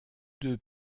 deux